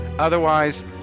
Otherwise